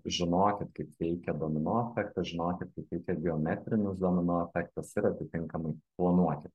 žinokit kaip veikia domino efektas žinokit kaip veikia geometrinis domino efektas ir atitinkamai planuokit